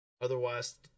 Otherwise